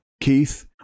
keith